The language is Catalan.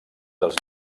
dels